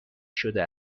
شده